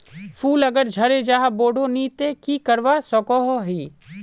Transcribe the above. फूल अगर झरे जहा बोठो नी ते की करवा सकोहो ही?